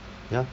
ya